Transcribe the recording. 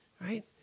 Right